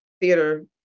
theater